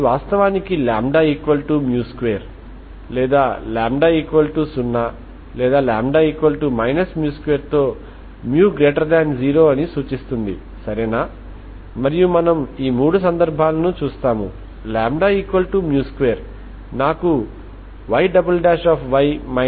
మీకు తెలిసిన తర్వాత మీరు ఇనీషియల్ కండిషన్ ని అధికారికంగా వర్తింపజేసినప్పుడు మరియు Anఅంటే ఏమిటో తెలుసుకోండి మరియు అప్పుడు మీరు సిరీస్ ఒకే రీతిగా కన్వర్జెంట్ అని చూపించవచ్చు మరియు అది ఏకరీతిగా కన్వర్జెంట్ అయినందున ఇప్పుడు మీరు పదం తర్వాత పదాలను డిఫెరెన్షియేట్ చేసి ఆపై సమీకరణంలో పెట్టవచ్చని అలాగే ఇది పరిష్కరిస్తుంది అని చెప్తున్నారు